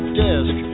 desk